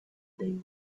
they